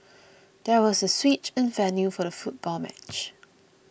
there was a switch in the venue for the football match